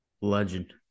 Legend